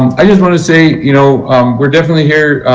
i just want to say you know we are definitely here.